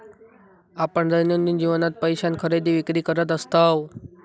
आपण दैनंदिन जीवनात पैशान खरेदी विक्री करत असतव